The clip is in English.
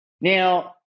Now